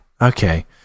okay